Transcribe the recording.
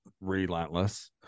relentless